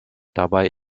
dabei